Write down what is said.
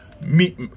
meet –